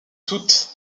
toute